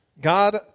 God